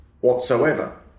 whatsoever